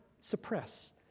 suppress